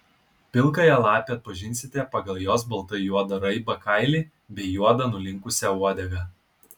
pilkąją lapę atpažinsite pagal jos baltai juodą raibą kailį bei juodą nulinkusią uodegą